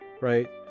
right